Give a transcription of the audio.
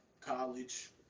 college